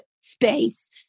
space